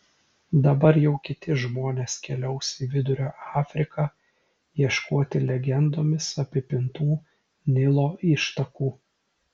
dabar jau kiti žmonės keliaus į vidurio afriką ieškoti legendomis apipintų nilo ištakų